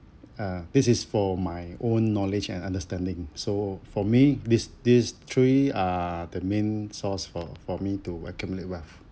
uh this is for my own knowledge and understanding so for me these this three are the main source for for me to accumulate wealth